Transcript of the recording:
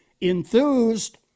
enthused